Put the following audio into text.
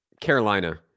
Carolina